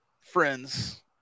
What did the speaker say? friends